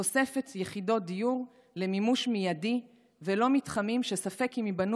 תוספת יחידות דיור למימוש מיידי ולא מתחמים שספק אם ייבנו